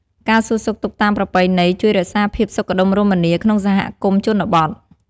ការសួរសុខទុក្ខតាមប្រពៃណី ជួយរក្សាភាពសុខដុមរមនា ក្នុងសហគមន៍ជនបទ។